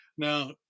Now